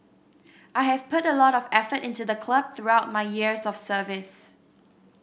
I have put a lot of effort into the club throughout my years of service